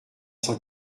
cent